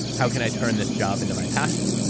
how can i turn this job into my passion?